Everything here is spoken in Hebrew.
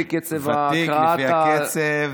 לפי קצב ההקראה, אתה, לפי הקצב.